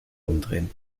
umdrehen